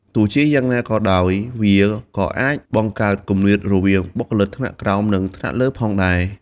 ទោះជាយ៉ាងណាក៏ដោយ វាក៏អាចបង្កើតគម្លាតរវាងបុគ្គលិកថ្នាក់ក្រោម និងថ្នាក់លើផងដែរ។